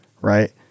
right